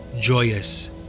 joyous